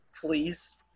Please